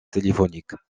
téléphoniques